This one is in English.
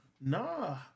Nah